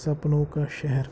سپنو کا شہر